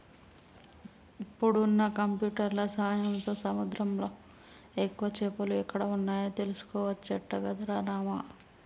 ఇప్పుడున్న కంప్యూటర్ల సాయంతో సముద్రంలా ఎక్కువ చేపలు ఎక్కడ వున్నాయో తెలుసుకోవచ్చట గదరా రామా